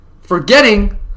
Forgetting